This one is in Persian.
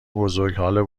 بزرگ، هال